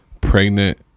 pregnant